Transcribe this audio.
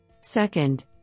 Second